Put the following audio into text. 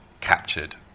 captured